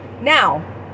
Now